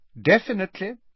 Definitely